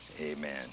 amen